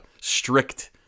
strict